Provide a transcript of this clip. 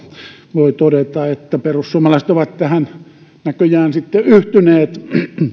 voi todeta että perussuomalaiset ovat tähän näköjään sitten yhtyneet